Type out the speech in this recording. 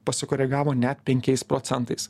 pasikoregavo net penkiais procentais